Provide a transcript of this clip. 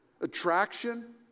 attraction